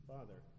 Father